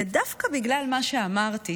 ודווקא בגלל מה שאמרתי,